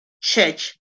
church